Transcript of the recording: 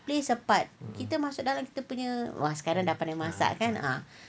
plays a part kita masuk dalam kita punya !wah! sekarang dah pandai masak kan